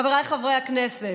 חבריי חברי הכנסת,